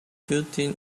building